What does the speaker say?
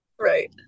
Right